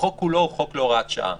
החוק כולו הוא חוק להוראת שעה.